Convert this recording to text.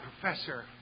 professor